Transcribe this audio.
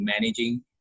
managing